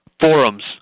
Forums